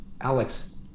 Alex